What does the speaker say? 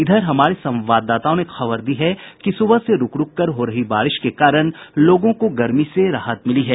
इधर हमारे संवाददाताओं ने खबर दी है कि सुबह से रूक रूक कर हो रही बारिश के कारण लोगों को गर्मी से राहत मिली है